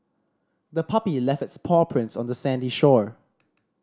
the puppy left its paw prints on the sandy shore